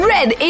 Red